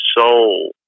soul